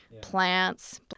plants